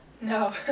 No